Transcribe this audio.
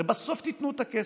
הרי בסוף תיתנו את הכסף.